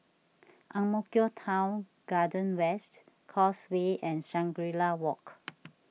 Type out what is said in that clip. Ang Mo Kio Town Garden West Causeway and Shangri La Walk